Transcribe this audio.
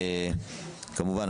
כמובן,